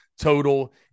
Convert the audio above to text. total